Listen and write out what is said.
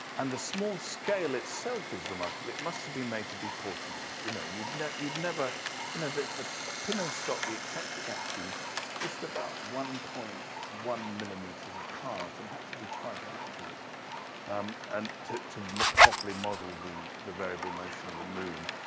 and the small scale itself is remarkable. it must have been made to be portable. you know you know yeah you know the the pinnacle of the eccentric axis is just about one point one millimeters apart and had to be quite accurate um and to to properly model the the variable motion of the moon.